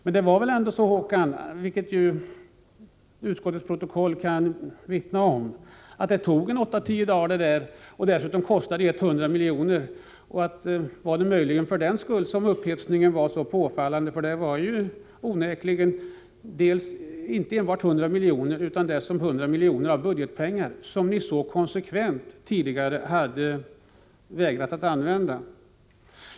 Men det var väl ändå så, vilket utskottets protokoll kan vittna om, att det tog åtta-tio dagar och dessutom kostade 100 milj.kr. Var det möjligen därför som upphetsningen var så påfallande? Det var inte enbart 100 miljoner utan dessutom 100 miljoner av budgetpengar, som ni tidigare så konsekvent hade vägrat att använda.